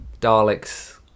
Daleks